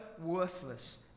worthless